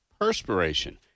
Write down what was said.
perspiration